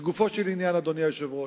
לגופו של עניין, אדוני היושב-ראש,